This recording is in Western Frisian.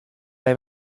even